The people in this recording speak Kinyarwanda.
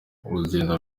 urugendo